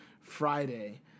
Friday